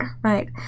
right